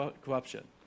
corruption